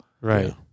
Right